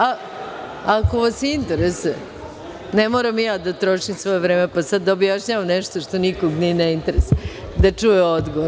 Ako vas interesuje ne moram ja da trošim svoje vreme pa da objašnjavam nešto što nikog ni ne interesuje da čuje odgovor.